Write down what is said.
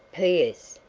p s.